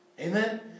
Amen